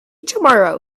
tomorrow